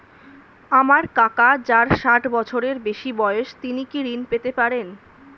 আমার কাকা যার ষাঠ বছরের বেশি বয়স তিনি কি ঋন পেতে পারেন?